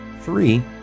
Three